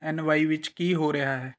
N Y ਵਿੱਚ ਕੀ ਹੋ ਰਿਹਾ ਹੈ